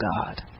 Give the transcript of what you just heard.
God